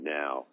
now